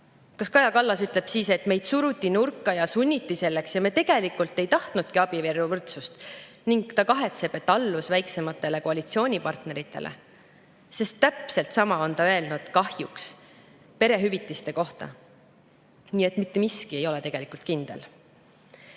Kas Kaja Kallas ütleb siis, et meid suruti nurka ja sunniti selleks ja me tegelikult ei tahtnudki abieluvõrdsust, ning kahetseb, et allus väiksematele koalitsioonipartneritele? Täpselt sama on ta öelnud kahjuks perehüvitiste kohta. Nii et mitte miski ei ole tegelikult kindel.